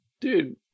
dude